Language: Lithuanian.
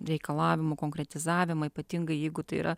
reikalavimų konkretizavimo ypatingai jeigu tai yra